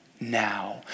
now